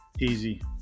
Easy